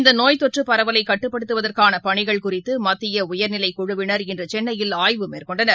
இந்தநோய் தொற்றுபரவலைகட்டுப்படுத்துவதற்கானபணிகள் குறித்துமத்தியஉயர்நிலைக்குழுவினர் இன்றுசென்னையில் ஆய்வு மேற்கொண்டனர்